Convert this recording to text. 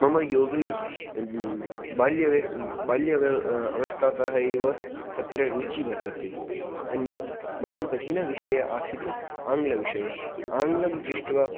मम योगः हि बाल्य अवस्थातः एव तत्र रुचिः वर्तते अन्यत् मम कठिनः विषयः आसीत् आङ्ग्लविषयः आङ्ग्लं दृष्ट्वा